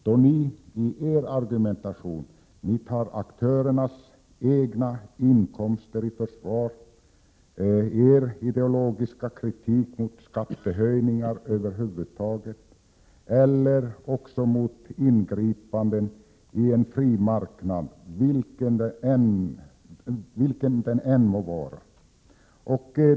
Er argumentation handlar ju om att ni antingen tar aktörernas egna inkomster i försvar eller framför er ideologiska kritik mot skattehöjningar över huvud taget och ert motstånd mot ingripanden i en fri marknad, vilken den än må vara.